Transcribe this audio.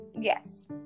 Yes